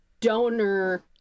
donor